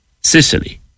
Sicily